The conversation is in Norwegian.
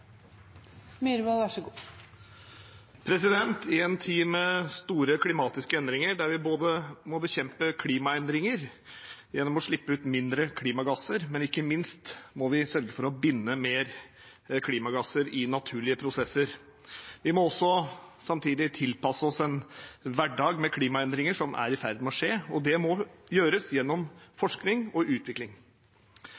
I en tid med store klimatiske endringer må vi bekjempe klimaendringer både gjennom å slippe ut mindre klimagasser og ikke minst ved å sørge for å binde mer klimagasser i naturlige prosesser. Vi må samtidig tilpasse oss en hverdag med klimaendringer som er i ferd med å skje. Det må gjøres gjennom